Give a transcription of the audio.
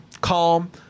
calm